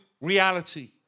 reality